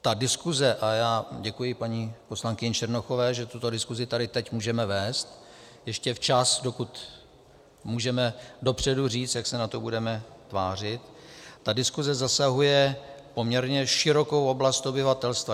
Ta diskuse a já děkuji paní poslankyni Černochové, že tuto diskuzi tady teď můžeme vést, ještě včas, dokud můžeme dopředu říct, jak se na to budeme tvářit ta diskuze zasahuje poměrně širokou oblast obyvatelstva.